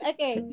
Okay